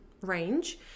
range